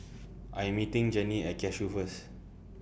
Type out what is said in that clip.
I Am meeting Jennie At Cashew First